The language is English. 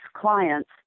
clients